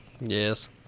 Yes